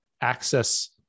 access